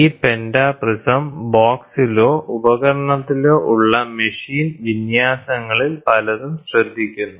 ഈ പെന്റാപ്രിസം ബോക്സിലോ ഉപകരണത്തിലോ ഉള്ള മെഷീൻ വിന്യാസങ്ങളിൽ പലതും ശ്രദ്ധിക്കുന്നു